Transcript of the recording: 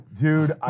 dude